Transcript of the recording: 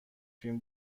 فیلم